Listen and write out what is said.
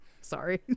Sorry